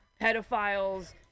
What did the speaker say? pedophiles